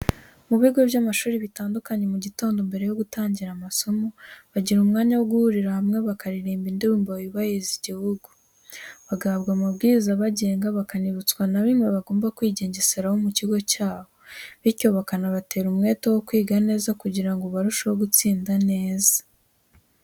Mu bigo by'amashuri bitandukanye, mu gitondo mbere yo gutangira amasomo, bagira umwanya wo guhuriria hamwe bakaririmba indirimbo yubahiriza igihugu, bagahabwa amabwiriza abagenga, bakanibutswa na bimwe bagomba kwigengeseraho mu kigo cyabo bityo bakanabatera umwete wo kwiga neza kugira ngo barusheho gutsinda neza.